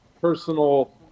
personal